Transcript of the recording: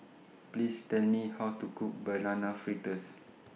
Please Tell Me How to Cook Banana Fritters